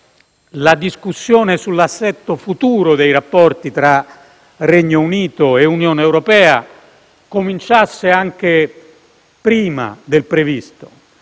la discussione sull'assetto futuro dei rapporti tra Regno Unito e Unione europea cominciasse anche prima del previsto